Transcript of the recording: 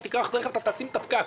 אתה תיקח את הרכב אתה תעצים את הפקק.